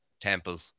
Temple